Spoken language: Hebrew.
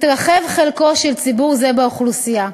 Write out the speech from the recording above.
התרחב חלקו של ציבור זה באוכלוסייה,